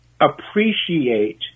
appreciate